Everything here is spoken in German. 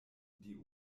die